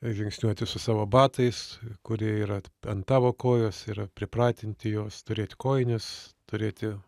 žingsniuoti su savo batais kurie yra ant tavo kojos yra pripratinti juos turėt kojines turėti